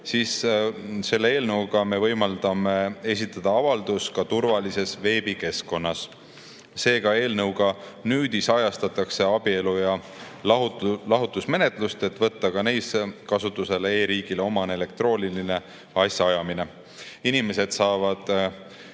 aga selle eelnõuga me võimaldame esitada avaldust ka turvalises veebikeskkonnas. Seega eelnõuga nüüdisajastatakse abielu‑ ja lahutusmenetlust, et võtta kasutusele e‑riigile omane elektrooniline asjaajamine. Inimesed saavad